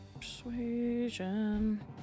Persuasion